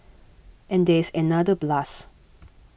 and there is another plus